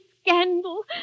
scandal